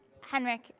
Henrik